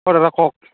অ দাদা কওক